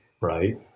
right